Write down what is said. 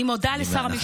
אני מודה לשר המשפטים,